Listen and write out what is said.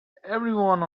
everyone